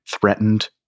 threatened